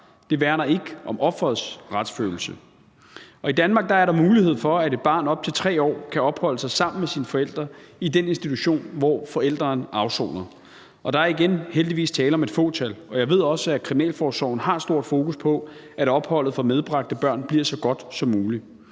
Det værner ikke om offerets retsfølelse. I Danmark er der mulighed for, at et barn op til 3 år kan opholde sig sammen med sin forælder i den institution, hvor forælderen afsoner, og der er, igen, heldigvis tale om et fåtal. Jeg ved også, at kriminalforsorgen har stort fokus på, at opholdet for medbragte børn bliver så godt som muligt.